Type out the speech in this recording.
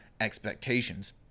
expectations